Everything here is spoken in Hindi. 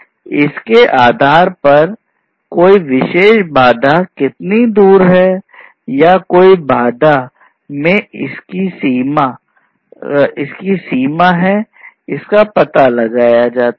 इसके आधार पर कोई विशेष बाधा कितना दूर है या कोई बाधा में इसकी सीमा है इसका पता लगाया जाता है